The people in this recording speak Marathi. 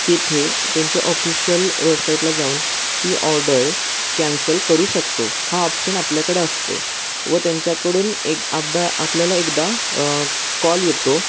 तिथे त्यांचे ऑफिशियल वेबसाईटला जाऊन ती ऑर्डर कॅन्सल करू शकतो हा ऑप्शन आपल्याकडे असतो व त्यांच्याकडून एक आपदा आपल्याला एकदा कॉल येतो